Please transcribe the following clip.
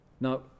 Now